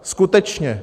Skutečně?